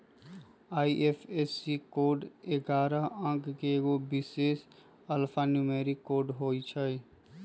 IFSC code ऐगारह अंक के एगो विशेष अल्फान्यूमैरिक कोड होइत हइ